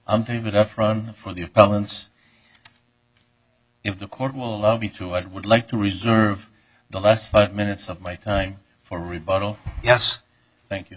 i'm david f run for the appellants if the court will allow me to i would like to reserve the last five minutes of my time for rebuttal yes thank you